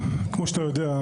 כמו שאתה יודע,